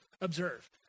observe